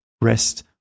rest